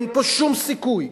אין פה שום סיכוי.